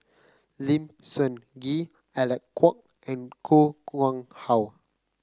Lim Sun Gee Alec Kuok and Koh Nguang How